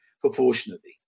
proportionately